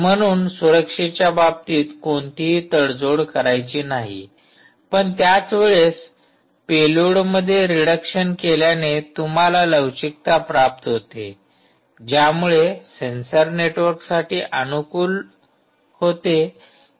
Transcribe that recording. म्हणून सुरक्षेच्या बाबतीत कोणतीही तडजोड करायची नाही पण त्याच वेळेस पेलोडमध्ये रिडक्शन केल्याने तुम्हाला लवचिकता प्राप्त होते ज्यामुळे सेंसर नेटवर्कसाठी अनुकूल होते